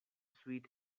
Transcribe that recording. sweet